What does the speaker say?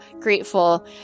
grateful